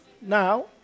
Now